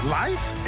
life